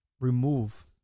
remove